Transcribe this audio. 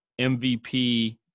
MVP